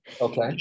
Okay